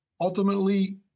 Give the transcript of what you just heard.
Ultimately